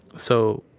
so,